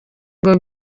ngo